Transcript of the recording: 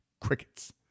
crickets